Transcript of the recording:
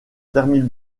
termine